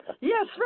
Yes